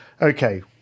okay